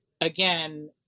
again